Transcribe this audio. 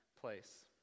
place